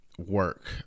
work